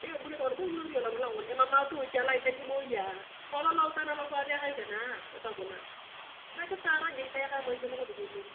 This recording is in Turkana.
Na ebunio tokona iboikinor iyong lomulango emam atoch alait ni iboyoa, tololou ifan alokuas akai ka naa, kitobuna na kitaara jik, toeka emaisha lokon kongina.